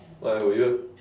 why will you